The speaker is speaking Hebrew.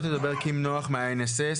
קים נח מה-INSS,